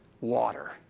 water